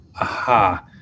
aha